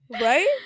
right